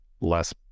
less